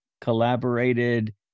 collaborated